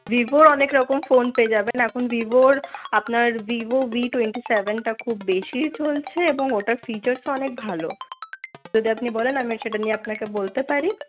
ভিভোর অনেকরকম ফোন পেয়ে যাবেন এখন ভিভোর আপনার ভিভো ভি টোয়েন্টি সেভেনটা খুব বেশিই চলছে এবং ওটার ফিচার্সও অনেক ভালো যদি আপনি বলেন আমি সেটা নিয়ে আপনাকে আমি বলতে পারি